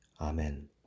Amen